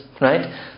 right